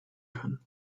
kann